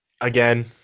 Again